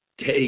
take –